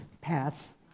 Pass